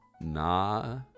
nah